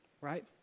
Right